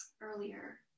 earlier